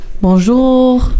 bonjour